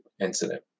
incident